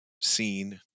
seen